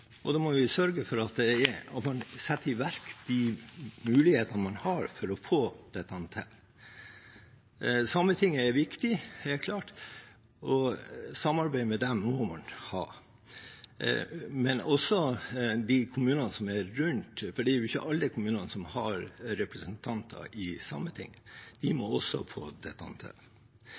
og da må vi sørge for å sette i verk de mulighetene man har for å få til dette. Sametinget er viktig, helt klart, og samarbeid med dem må man ha, men også med de kommunene som er rundt, for det er ikke alle kommunene som har representanter i Sametinget. De må også få til dette.